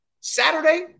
Saturday